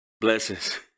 Blessings